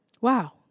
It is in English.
Wow